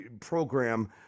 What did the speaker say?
program